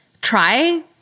try